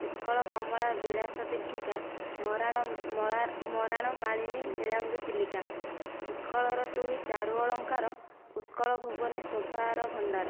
ଉତ୍କଳ କମଳା ବିଳାସ ଦୀର୍ଘିକା ମରାଳ ମାଳିନୀ ନୀଳାମ୍ବୁ ଚିଲିକା ଉତ୍କଳ ର ତୁହି ଚାରୁ ଅଳଙ୍କାର ଉତ୍କଳ ଭୁବନେ ଶୋଭାର ଭଣ୍ଡାର